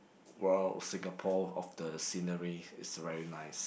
world Singapore of the scenery is very nice